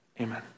Amen